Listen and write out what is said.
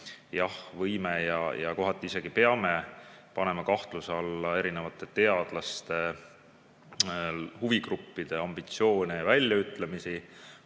saalis võime ja kohati isegi peame panema kahtluse alla erinevate teadlaste ja huvigruppide ambitsioone ja väljaütlemisi.